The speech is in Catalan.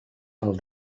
pel